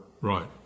Right